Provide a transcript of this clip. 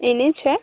N H